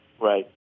Right